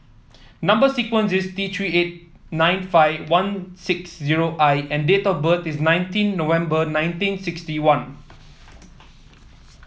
number sequence is T Three eight nine five one six zero I and date of birth is nineteen November nineteen sixty one